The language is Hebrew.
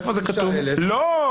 96,271 --- לא.